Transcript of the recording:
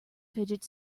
fidget